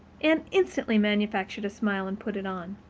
anne instantly manufactured a smile and put it on.